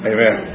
Amen